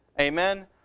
Amen